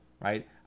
right